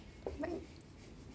bye